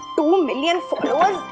million followers!